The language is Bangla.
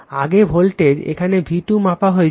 আগে ভোল্টেজ এখানে v 2 মাপা হয়েছিল